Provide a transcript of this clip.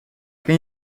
ken